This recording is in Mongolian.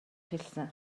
эхэлсэн